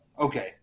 Okay